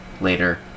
later